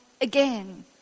again